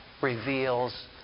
reveals